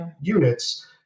units